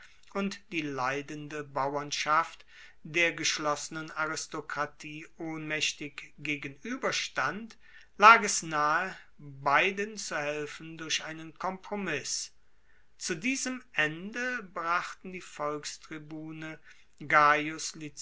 und die leidende bauernschaft der geschlossenen aristokratie ohnmaechtig gegenueberstand lag es nahe beiden zu helfen durch ein kompromiss zu diesem ende brachten die volkstribune gaius